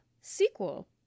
sequel